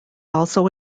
also